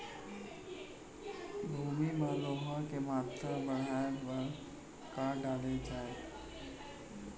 भूमि मा लौह के मात्रा बढ़ाये बर का डाले जाये?